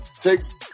takes